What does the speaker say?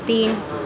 तीन